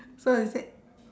so is it